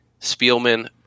Spielman